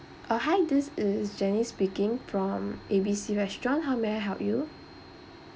uh hi this is janice speaking from A B C restaurant how may I help you